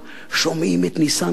שומעים את ניסנקורן,